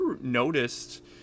noticed